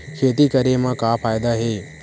खेती करे म का फ़ायदा हे?